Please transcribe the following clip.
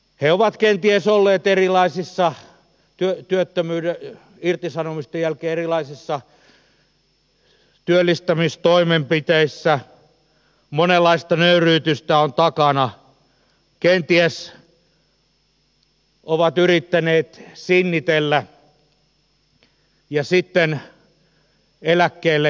he ovat kenties olleet irtisanomisten jälkeen erilaisissa työllistämistoimenpiteissä monenlaista nöyryytystä on takana kenties ovat yrittäneet sinnitellä ja sitten eläkkeellepääsyä vaikeutetaan